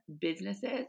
businesses